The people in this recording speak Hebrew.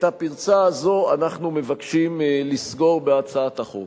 את הפרצה הזאת אנחנו מבקשים לסגור בהצעת החוק.